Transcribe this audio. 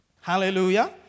Hallelujah